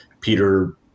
Peter